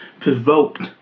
provoked